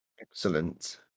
Excellent